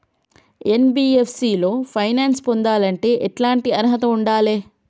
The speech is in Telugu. ఎన్.బి.ఎఫ్.సి లో ఫైనాన్స్ పొందాలంటే ఎట్లాంటి అర్హత ఉండాలే?